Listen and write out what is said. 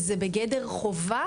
זה בגדר חובה,